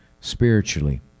spiritually